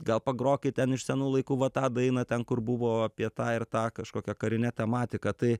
gal pagrokit ten iš senų laikų va tą dainą ten kur buvo apie tą ir tą kažkokia karinė tematika tai